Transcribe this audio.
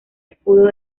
escudo